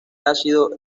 ácido